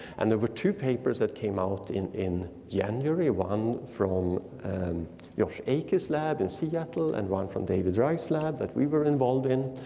and there were two papers that came out in in january, one from and josh akey's lab in seattle, and one from david reich's lab that we were involved in.